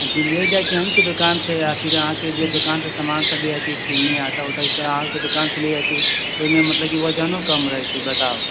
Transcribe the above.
ले जाइ छी अहीं के दोकान सॅं या फिर अहाँ के जे दोकान के सामान सब जे चिन्नी आटा उटा सब अहाँ के दोकान सॅं ले जाइ छी